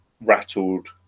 rattled